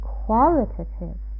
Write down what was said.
qualitative